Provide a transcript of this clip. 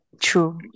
True